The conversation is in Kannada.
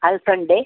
ಅಲ್ಸಂದೆ